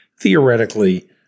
theoretically